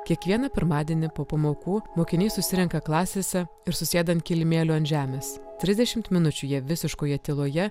kiekvieną pirmadienį po pamokų mokiniai susirenka klasėse ir susėda ant kilimėlio ant žemės trisdešimt minučių jie visiškoje tyloje